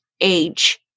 age